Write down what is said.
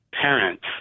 parents